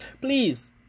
Please